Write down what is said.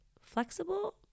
flexible